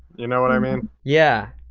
you know what i mean? yeah,